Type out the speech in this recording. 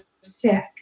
sick